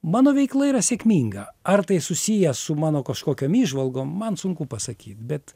mano veikla yra sėkminga ar tai susiję su mano kažkokiom įžvalgom man sunku pasakyt bet